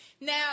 Now